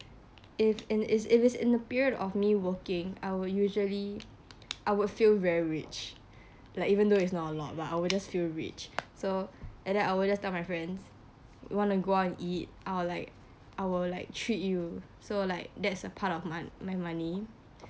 if it is if it is in the period of me working I would usually I would feel very rich like even though it's not a lot but I would just feel rich so and then I will just tell my friends you want to go out and eat I would like I will like treat you so like that's a part of my my money